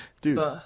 Dude